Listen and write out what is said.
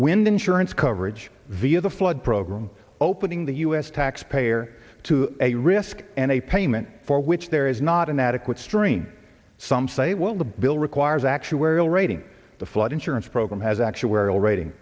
wind insurance coverage via the flood program opening the u s taxpayer to a risk and a payment for which there is not an adequate stream some say well the bill requires actuarial rating the flood insurance program has actuarial rating